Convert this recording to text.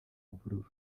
mvururu